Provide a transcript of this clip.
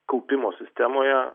kaupimo sistemoje